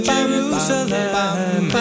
Jerusalem